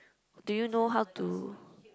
do you know how to